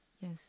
yes